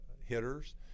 hitters